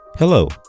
Hello